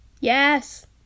Yes